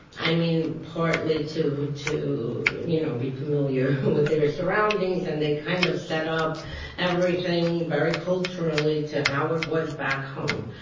i mean, partly to to you know be familiar with their surroundings, and they kind of set up everything very culturally to how it was back home.